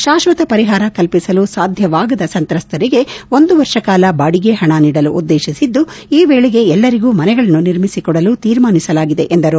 ಶಾಶ್ವತ ಪರಿಹಾರ ಕಲ್ಲಿಸಲು ಸಾಧ್ಯವಾಗದ ಸಂತ್ರಸ್ತರಿಗೆ ಒಂದು ವರ್ಷ ಕಾಲ ಬಾಡಿಗೆ ಹಣ ನೀಡಲು ಉದ್ದೇತಿಸಿದ್ದು ಈ ವೇಳೆಗೆ ಎಲ್ಲರಿಗೂ ಮನೆಗಳನ್ನು ನಿರ್ಮಿಸಿಕೊಡಲು ತೀರ್ಮಾನಿಸಲಾಗಿದೆ ಎಂದರು